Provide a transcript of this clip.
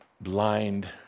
blind